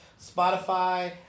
Spotify